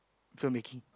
film baking